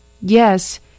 Yes